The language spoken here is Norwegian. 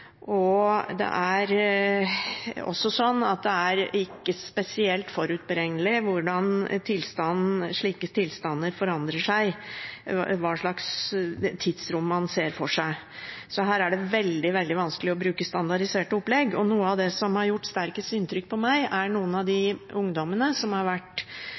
samtidig. Det er også sånn at det ikke er spesielt forutberegnelig hvordan slike tilstander forandrer seg, hva slags tidsrom man ser for seg. Her er det veldig, veldig vanskelig å bruke standardiserte opplegg. Noe av det som har gjort sterkest inntrykk på meg, er noen av de ungdommene som har